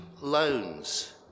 loans